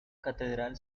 catedral